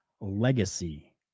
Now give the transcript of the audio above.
legacy